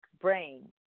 brain